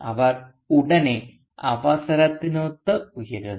അവർ ഉടനെ അവസരത്തിനൊത്ത് ഉയരുന്നു